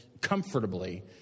comfortably